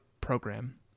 program